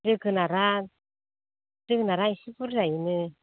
जोगोनारआ जोगोनारआ एसे बुरजायैनो